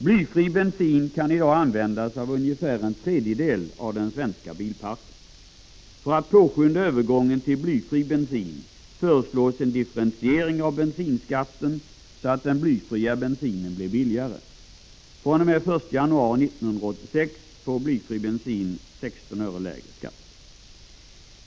Blyfri bensin kan i dag användas av ungefär en tredjedel av den svenska bilparken. För att påskynda övergången till blyfri bensin föreslås också en differentiering av bensinskatten så att blyfri bensin blir billigare. fr.o.m. den 1 januari 1986 får blyfri bensin 16 öre lägre skatt.